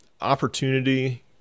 opportunity